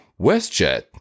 WestJet